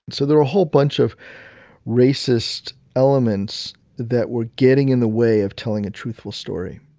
so there were a whole bunch of racist elements that were getting in the way of telling a truthful story.